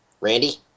Randy